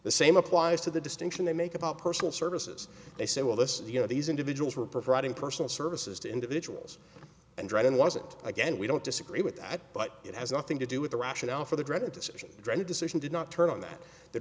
the same applies to the distinction they make about personal services they say well this you know these individuals were providing personal services to individuals and dragon wasn't again we don't disagree with that but it has nothing to do with the rationale for the dreaded decision the dreaded decision did not turn on that the